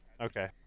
Okay